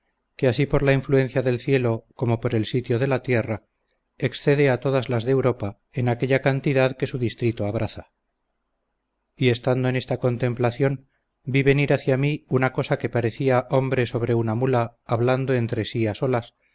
que así por la influencia del cielo como por el sitio de la tierra excede a todas las de europa en aquella cantidad que su distrito abraza y estando en esta contemplación vi venir hacia mi una cosa que parecía hombre sobre una mula hablando entre sí a solas